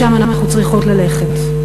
לשם אנחנו צריכות ללכת,